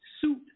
suit